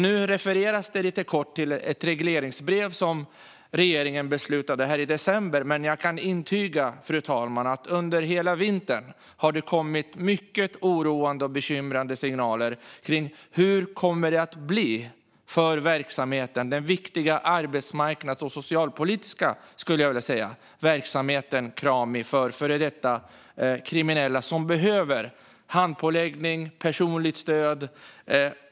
Nu refereras det lite kort till ett regleringsbrev som regeringen beslutade om i december. Men jag kan intyga, fru talman, att det under hela vintern har kommit mycket oroande och bekymrande signaler kring hur det kommer att bli för den viktiga arbetsmarknads och socialpolitiska, skulle jag vilja säga, verksamheten Krami. Det är en verksamhet för före detta kriminella som behöver handpåläggning och personligt stöd.